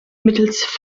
mittels